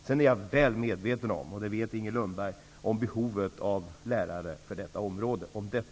Jag är väl medveten om -- och det vet Inger Vi behöver inte tvista om det.